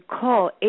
call